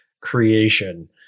creation